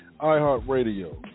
iHeartRadio